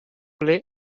ple